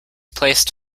placed